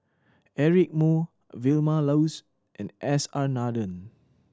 Eric Moo Vilma Laus and S R Nathan